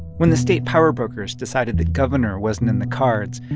when the state powerbrokers decided that governor wasn't in the cards,